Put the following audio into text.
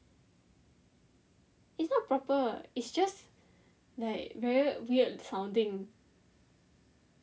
it's not proper it's just like very weird sounding